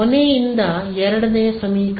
ಕೊನೆಯಿಂದ ಎರಡನೆಯ ಸಮೀಕರಣ